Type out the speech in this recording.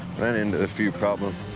ran into a few problems.